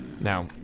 Now